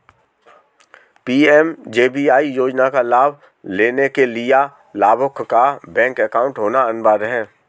PMJBY योजना का लाभ लेने के लिया लाभुक का बैंक अकाउंट होना अनिवार्य है